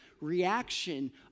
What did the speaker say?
reaction